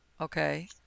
okay